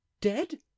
dead